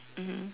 mmhmm